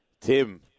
Tim